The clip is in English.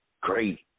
great